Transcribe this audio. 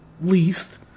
least